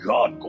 God